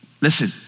Listen